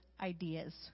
ideas